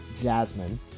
Jasmine